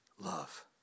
love